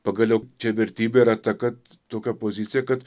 pagaliau čia vertybė yra ta kad tokia pozicija kad